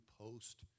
post